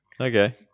Okay